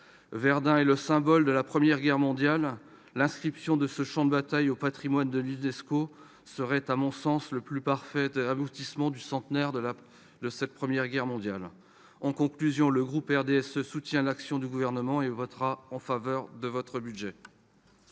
Verdun étant le symbole de la Première Guerre mondiale, l'inscription de ce champ de bataille au patrimoine de l'UNESCO serait à mon sens le plus parfait des aboutissements du centenaire de cette guerre. Le groupe du RDSE soutient l'action du Gouvernement et votera en faveur de ce budget.